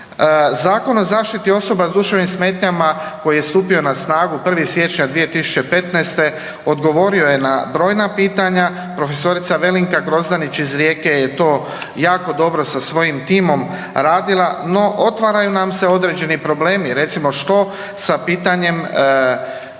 Zakon o zaštiti osoba s duševnim smetnjama koji je stupio na snagu 1. siječnja 2015. odgovorio je na brojna pitanja, prof. Velinka Grozdanić iz Rijeke je to jako dobro sa svojim timom radila, no otvaraju nam se određeni problemi, recimo što sa pitanjem